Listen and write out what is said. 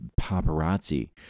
paparazzi